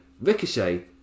Ricochet